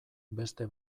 beste